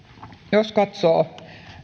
jos katsoo